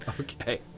Okay